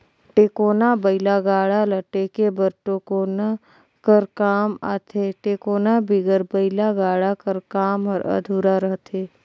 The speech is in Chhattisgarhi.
टेकोना बइला गाड़ा ल टेके बर टेकोना कर काम आथे, टेकोना बिगर बइला गाड़ा कर काम हर अधुरा रहथे